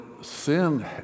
sin